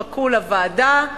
חכו לוועדה,